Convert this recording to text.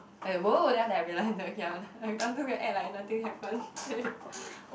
I !whoa! then after that I realise then okay after we act like nothing happen